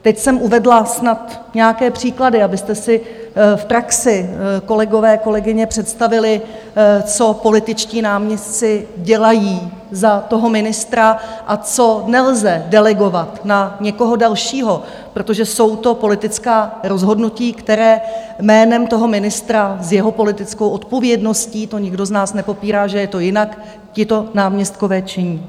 Teď jsem uvedla snad nějaké příklady, abyste si v praxi, kolegové, kolegyně, představili, co političtí náměstci dělají za toho ministra a co nelze delegovat na někoho dalšího, protože jsou to politická rozhodnutí, která jménem toho ministra s jeho politickou odpovědností, to nikdo z nás nepopírá, že je to jinak, tito náměstkové činí.